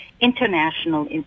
International